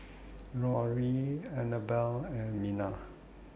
Rory Annabell and Minna